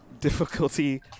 Difficulty